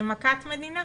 כמכת מדינה?